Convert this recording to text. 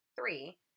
three